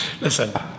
Listen